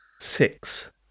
six